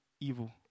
evil